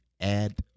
add